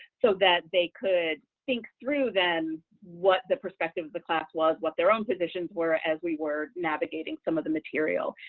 so that they could think through then what the perspective of the class was, what their own positions were, as we were navigating some of the material.